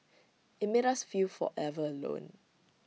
IT made us feel forever alone